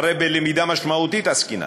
שהרי בלמידה משמעותית עסקינן.